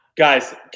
Guys